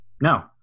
no